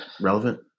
relevant